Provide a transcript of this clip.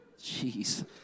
Jeez